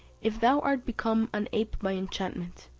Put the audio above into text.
if thou art become an ape by enchantment,